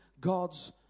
God's